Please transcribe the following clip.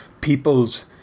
People's